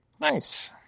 Nice